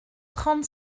trente